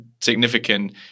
significant